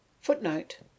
Footnote